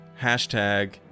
hashtag